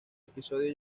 episodio